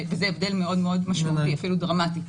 וזה הבדל מאוד מאוד משמעותי ואפילו דרמטי.